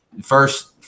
first